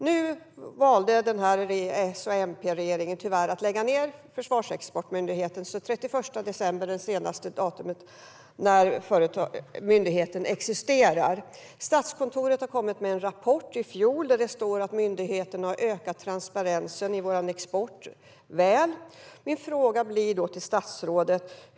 Nu har S-MP-regeringen tyvärr valt att lägga ned Försvarsexportmyndigheten. Den 31 december är sista datumet som myndigheten existerar. Statskontoret lade fram en rapport i fjol där det framgår att myndigheten har ökat transparensen i vår export väl.